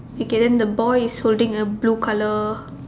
okay then the boy is holding a blue colour